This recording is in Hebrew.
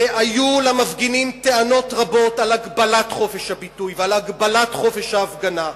היו למפגינים טענות רבות על הגבלת חופש הביטוי ועל הגבלת חופש ההפגנה.